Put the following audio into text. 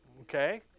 Okay